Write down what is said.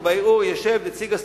שבערעור ישב נציג הסטודנטים.